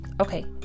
Okay